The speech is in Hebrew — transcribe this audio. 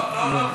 לא, לא.